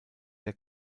der